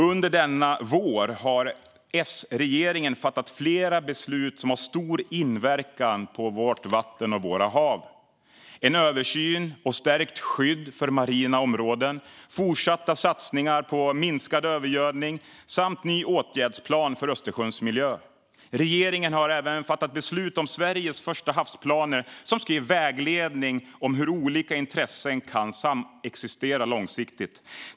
Under denna vår har S-regeringen också fattat flera beslut som har stor inverkan på vårt vatten och våra hav: en översyn av och stärkt skydd för marina områden, fortsatta satsningar på minskad övergödning samt en ny åtgärdsplan för Östersjöns miljö. Regeringen har även fattat beslut om Sveriges första havsplaner, som ska ge vägledning om hur olika intressen kan samexistera långsiktigt.